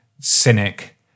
Cynic